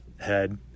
head